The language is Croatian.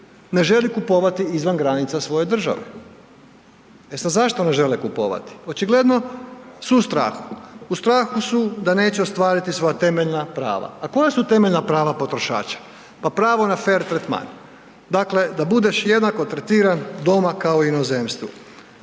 ne želi kupovati izvan granica svoje države. E sad zašto ne žele kupovati? Očigledno su u strahu. U strahu su da neće ostvariti svoja temeljna prava. A koja su temeljna prava potrošača? Pa pravo na fer tretman. Dakle, da budeš jednako tretiran doma kao i u inozemstvu,